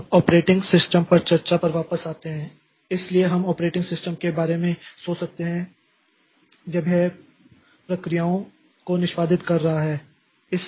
अब operating system पर चर्चा पर वापस आते हैं इसलिए हम ऑपरेटिंग सिस्टम के बारे में सोच सकते हैं जब यह प्रक्रियाओं को निष्पादित कर रहा है